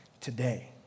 today